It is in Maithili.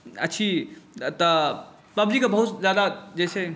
अछि एतऽ पबजीके बहुत ज्यादा जे छै